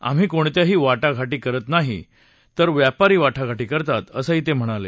आम्ही कोणत्याही वाटाघाटी करत नाही आहोत तर व्यापारी वाटाघाटी करतात असंही ते म्हणाले